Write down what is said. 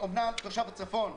תושב הצפון,